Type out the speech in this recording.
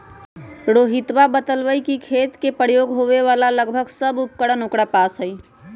रोहितवा ने बतल कई कि खेत में प्रयोग होवे वाला लगभग सभी उपकरण ओकरा पास हई